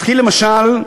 אתחיל באוסטרליה למשל.